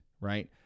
right